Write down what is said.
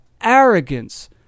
arrogance